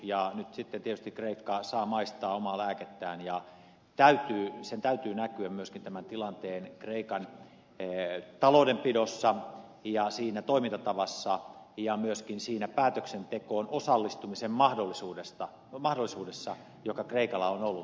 ja nyt sitten tietysti kreikka saa maistaa omaa lääkettään ja tämän tilanteen täytyy näkyä myöskin kreikan taloudenpidossa ja siinä toimintatavassa ja myöskin siinä päätöksentekoon osallistumisen mahdollisuudessa joka kreikalla on ollut